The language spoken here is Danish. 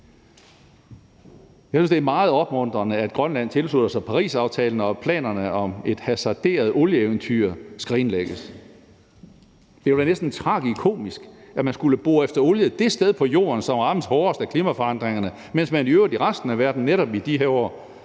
Jeg synes, at det er meget opmuntrende, at Grønland tilslutter sig Parisaftalen, og at planerne om et hasarderet olieeventyr skrinlægges. Det ville være næsten tragikomisk, at man skulle bore efter olie det sted på Jorden, som rammes hårdest af klimaforandringerne, mens man i øvrigt i resten af verden netop i de her år